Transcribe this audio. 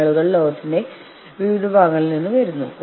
നിങ്ങളുടെ പണിമുടക്കിന് ശേഷം ഞാൻ മടങ്ങിവരും